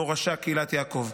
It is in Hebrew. מורשה קהִלַּת יעקב".